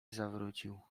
zawrócił